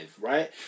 right